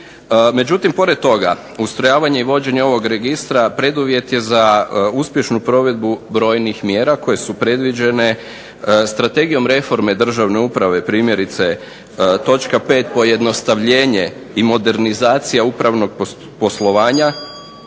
Međutim, pored toga ustrojavanje i vođenje ovog registra preduvjet je za uspješnu provedbu brojnih mjera koje su predviđene Strategijom reforme državne uprave. Primjerice točka 5. pojednostavljenje i modernizacija upravnog poslovanja,